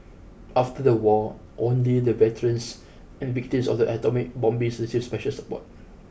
after the war only the veterans and victims of the atomic bombings received special support